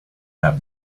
that